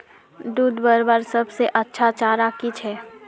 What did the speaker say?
दूध बढ़वार सबसे अच्छा चारा की छे?